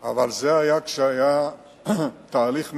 אבל זה היה כשהיה תהליך מדיני,